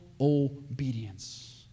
obedience